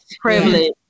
privilege